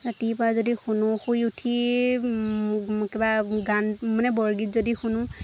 ৰাতিপুৱা যদি শুনো শুই উঠি কিবা গান মানে বৰগীত যদি শুনো